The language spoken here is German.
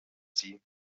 sie